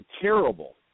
terrible